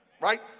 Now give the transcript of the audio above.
right